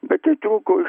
bet tetrūko